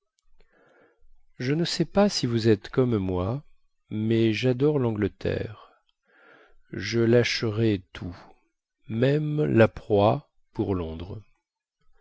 je ne sais pas si vous êtes comme moi mais jadore langleterre je lâcherais tout même la proie pour londres